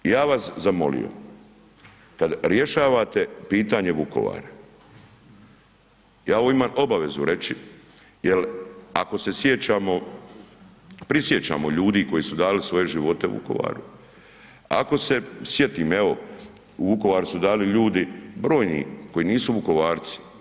Ja bih vas zamolio kada rješavate pitanje Vukovara, ja imam obavezu reći jel ako se prisjećamo ljudi koji su dali svoje živote u Vukovaru, ako se sjetim evo u Vukovaru su dali ljudi brojni koji nisu Vukovarci.